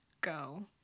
go